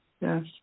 Yes